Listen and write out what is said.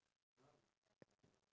iya